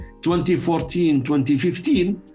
2014-2015